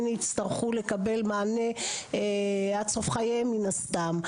יצטרכו לקבל מענה עד סוף חייהם מן הסתם.